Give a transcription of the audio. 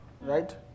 Right